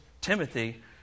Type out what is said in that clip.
Timothy